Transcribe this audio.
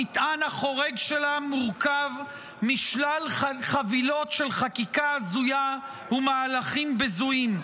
המטען החורג שלה מורכב משלל חבילות של חקיקה הזויה ומהלכים בזויים: